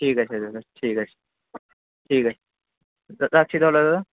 ঠিক আছে দাদা ঠিক আছে ঠিক আছে রাখছি তাহলে দাদা